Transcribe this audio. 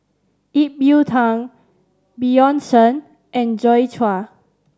Ip Yiu Tung Bjorn Shen and Joi Chua